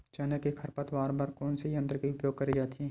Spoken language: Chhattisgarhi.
चना के खरपतवार बर कोन से यंत्र के उपयोग करे जाथे?